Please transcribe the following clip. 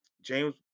James